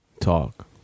Talk